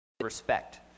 respect